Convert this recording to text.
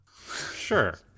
sure